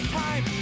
time